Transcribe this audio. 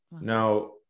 now